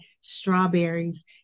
strawberries